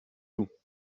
tout